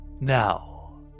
now